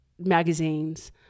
magazines